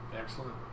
excellent